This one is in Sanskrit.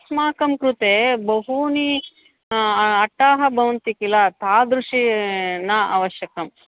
अस्माकं कृते बहूनि अट्टाः भवन्ति किल तादृशी न आवश्यकम्